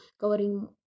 covering